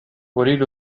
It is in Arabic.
أريد